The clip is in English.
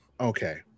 okay